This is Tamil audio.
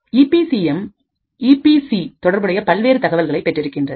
ஈபி சிஎம் ஈபி சி தொடர்புடைய பல்வேறு தகவல்களை பெற்றிருக்கின்றது